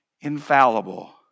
infallible